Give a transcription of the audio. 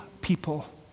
people